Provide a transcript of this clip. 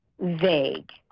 vague